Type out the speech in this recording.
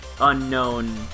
unknown